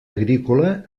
agrícola